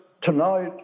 tonight